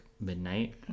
midnight